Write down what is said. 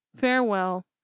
farewell